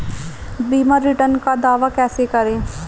बीमा रिटर्न का दावा कैसे करें?